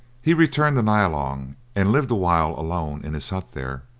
he returned to nyalong and lived awhile alone in his hut there,